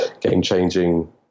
game-changing